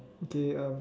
okay uh